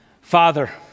Father